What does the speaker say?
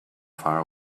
far